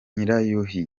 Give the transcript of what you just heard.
nyirayuhi